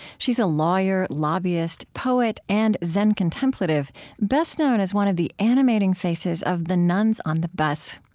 she's a lawyer, lobbyist, poet, and zen contemplative best known as one of the animating faces of the nuns on the bus.